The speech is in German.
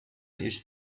ist